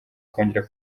kongera